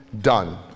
done